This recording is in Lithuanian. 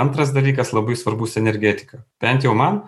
antras dalykas labai svarbus energetika bent jau man